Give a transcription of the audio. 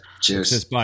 Cheers